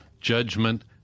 judgment